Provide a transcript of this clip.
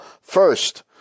First